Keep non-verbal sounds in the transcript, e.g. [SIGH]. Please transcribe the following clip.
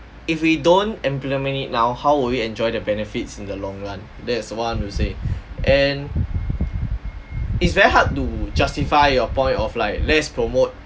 if we don't implement it now how will we enjoy the benefits in the long run that's one you say [BREATH] and it's very hard to justify your point of like let's promote